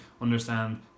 Understand